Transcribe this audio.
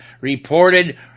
reported